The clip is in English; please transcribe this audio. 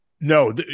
No